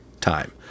time